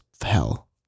hell